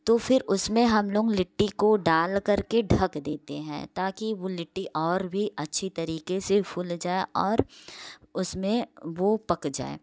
तो फिर उसमें हम लोग लिट्टी को डाल कर के धक देते हैं ताकी वो लिट्टी और भी अच्छी तरीके से फूल जाए और उसमें वो पक जाए